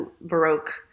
Baroque